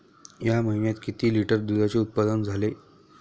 या महीन्यात किती लिटर दुधाचे उत्पादन झाले?